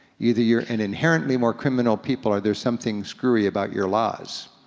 either you're an inherently more criminal people or there's something screwy about your laws.